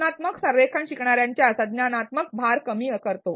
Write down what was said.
रचनात्मक संरेखण शिकणाऱ्यांचा संज्ञानात्मक भार कमी करते